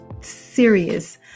serious